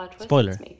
Spoiler